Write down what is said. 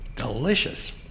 Delicious